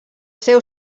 seu